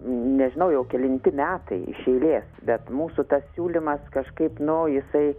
nežinau jau kelinti metai iš eilės bet mūsų tas siūlymas kažkaip nu jisai